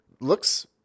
Looks